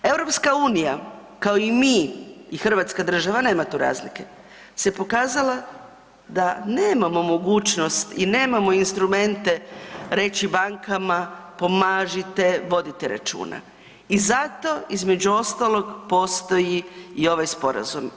EU kao i mi i hrvatska država, nema tu razlike, se pokazala da nemamo mogućnost i nemamo instrumente reći bankama pomažite, vodite računa i zato između ostalog postoji i ovaj sporazum.